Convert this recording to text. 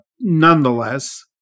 Nonetheless